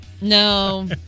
no